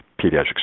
pediatric